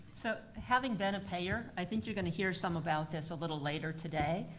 so, having been a payer, i think you're gonna hear some about this a little later today.